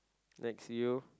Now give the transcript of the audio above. next you